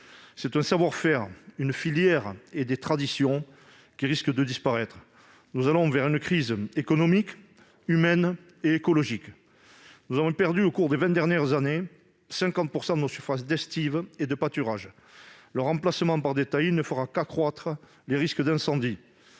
C'est un savoir-faire, une filière et des traditions qui risquent de disparaître. Nous allons vers une crise économique, humaine et écologique. Au cours des vingt dernières années, nous avons perdu 50 % de nos surfaces d'estives et de pâturages. Leur remplacement par des taillis ne fera qu'accroître les risques d'incendie.